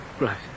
Right